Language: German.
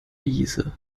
wiese